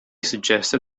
suggested